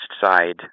side